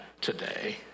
today